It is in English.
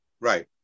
Right